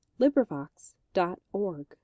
LibriVox.org